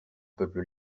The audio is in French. peuple